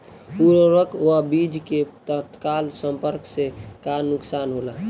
उर्वरक व बीज के तत्काल संपर्क से का नुकसान होला?